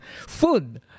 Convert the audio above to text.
food